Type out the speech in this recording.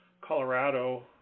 Colorado